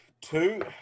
Two